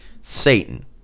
Satan